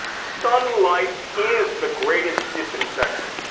sunlight is the greatest disinfectant.